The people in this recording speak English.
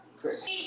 Chris